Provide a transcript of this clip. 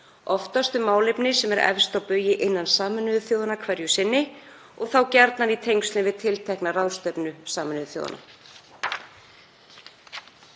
oftast um málefni sem eru efst á baugi innan Sameinuðu þjóðanna hverju sinni og þá gjarnan í tengslum við tiltekna ráðstefnu Sameinuðu þjóðanna.